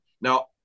Now